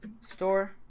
store